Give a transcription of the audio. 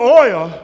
oil